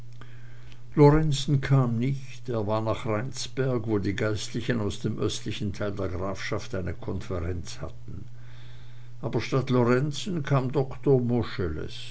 lorenzen kam nicht er war nach rheinsberg wo die geistlichen aus dem östlichen teil der grafschaft eine konferenz hatten aber statt lorenzen kam doktor moscheles